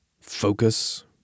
focus